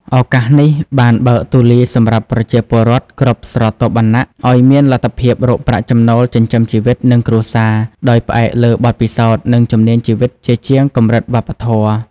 ឱកាសនេះបានបើកទូលាយសម្រាប់ប្រជាពលរដ្ឋគ្រប់ស្រទាប់វណ្ណៈឱ្យមានលទ្ធភាពរកប្រាក់ចំណូលចិញ្ចឹមជីវិត និងគ្រួសារ ដោយផ្អែកលើបទពិសោធន៍ និងជំនាញជីវិតជាជាងកម្រិតវប្បធម៌។